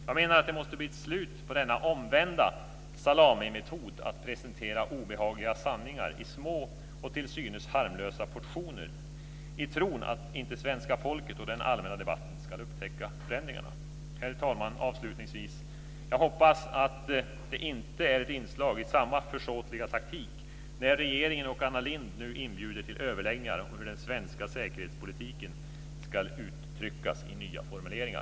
Jag menar att det måste bli ett slut på denna omvända salamimetod när det gäller att presentera obehagliga sanningar i små och till synes harmlösa portioner i tron att svenska folket och de som deltar i den allmänna debatten inte ska upptäcka förändringarna. Herr talman! Avslutningsvis vill jag säga att jag hoppas att det inte är ett inslag i samma försåtliga taktik när regeringen och Anna Lindh nu inbjuder till överläggningar om hur den svenska säkerhetspolitiken ska uttryckas i nya formuleringar.